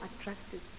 attractive